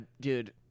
dude